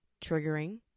Triggering